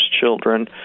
children